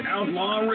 Outlaw